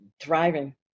thriving